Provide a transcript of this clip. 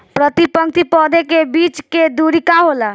प्रति पंक्ति पौधे के बीच के दुरी का होला?